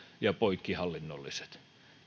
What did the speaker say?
ja poikkihallinnolliset